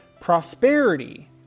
Prosperity